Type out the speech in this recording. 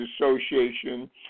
Association